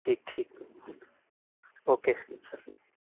ٹھیک ٹھیک اوکے سر